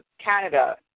Canada